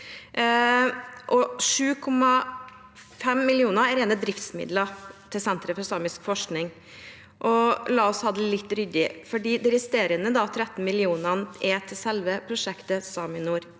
7,5 mill. kr er rene driftsmidler til Senter for samisk helseforskning. La oss ha dette litt ryddig, for de resterende 13 mill. kr er til selve prosjektet SAMINOR